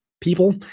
people